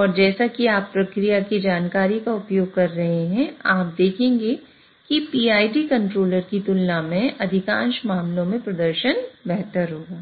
और जैसा कि आप प्रक्रिया की जानकारी का उपयोग कर रहे हैं आप देखेंगे कि PID कंट्रोलर की तुलना में अधिकांश मामलों में प्रदर्शन बेहतर होगा